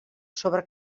sobre